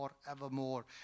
forevermore